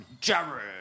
Jared